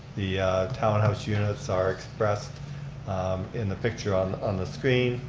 the townhouse units are expressed in the picture on on the screen.